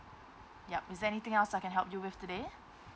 yup is there anything else I can help you with today